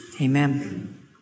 Amen